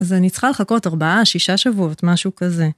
אז אני צריכה לחכות ארבעה, שישה שבועות, משהו כזה.